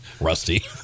Rusty